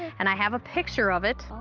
and i have a picture of it,